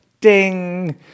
Ding